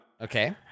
Okay